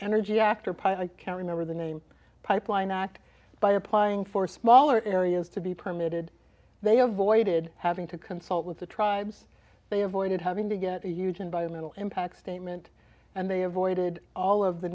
energy act or pie i can remember the name pipeline act by applying for smaller areas to be permitted they avoided having to consult with the tribes they avoided having to get a huge environmental impact statement and they avoided all of the